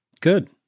Good